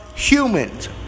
humans